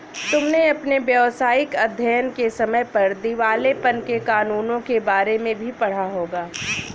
तुमने अपने व्यावसायिक अध्ययन के समय पर दिवालेपन के कानूनों के बारे में भी पढ़ा होगा